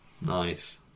Nice